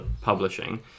publishing